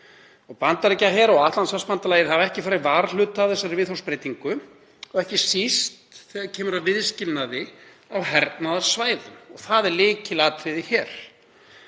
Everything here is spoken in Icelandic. Bandaríkjaher og Atlantshafsbandalagið hafa ekki farið varhluta af þessari viðhorfsbreytingu og ekki síst þegar kemur að viðskilnaði á hernaðarsvæðum. Og það er lykilatriði hér.